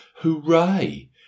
Hooray